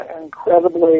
incredibly